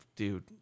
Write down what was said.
Dude